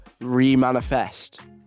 re-manifest